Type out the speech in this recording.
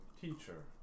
teacher